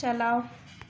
چلاؤ